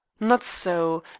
not so.